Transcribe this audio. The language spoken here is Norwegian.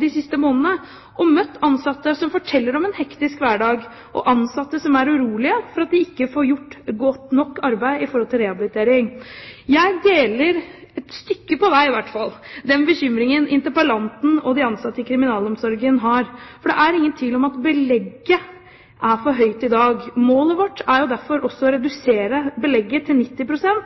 de siste månedene og møtt ansatte som forteller om en hektisk hverdag, og ansatte som er urolige fordi de ikke får gjort godt nok arbeid i forhold til rehabilitering. Jeg deler, et stykke på vei i hvert fall, den bekymringen interpellanten og de ansatte i kriminalomsorgen har, for det er ingen tvil om at belegget er for høyt i dag. Målet vårt er derfor også å redusere belegget til